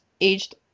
aged